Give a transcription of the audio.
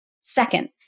Second